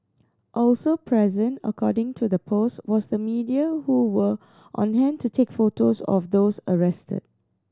also present according to the post was the media who were on hand to take photos of those arrested